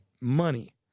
Money